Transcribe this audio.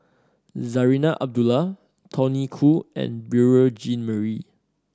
Zarinah Abdullah Tony Khoo and Beurel Jean Marie